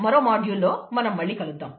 మరో మాడ్యూల్ లో మనం మళ్ళీ కలుద్దాం